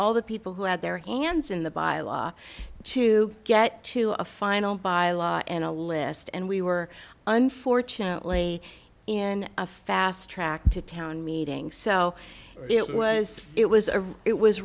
all the people who had their hands in the bylaw to get to a final bylaw and a list and we were unfortunately in a fast track to town meeting so it was it was a it was